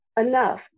enough